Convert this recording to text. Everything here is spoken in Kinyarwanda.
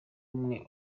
umwe